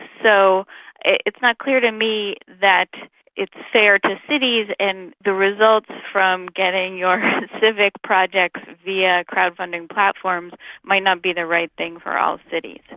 so it's not clear to me that it's fair to cities and the results from getting your civic projects via crowd-funding platforms might not be the right thing for all cities.